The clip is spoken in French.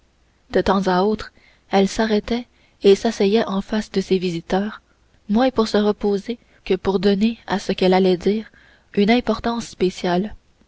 de temps à autre elle s'arrêtait et s'asseyait en face de ses visiteurs moins pour se reposer que pour donner à ce qu'elle allait dire une importance spéciale